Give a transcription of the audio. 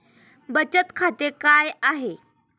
बचत खाते काय आहे?